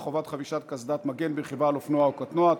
חבישת קסדת מגן ברכיבה על אופנוע או קטנוע),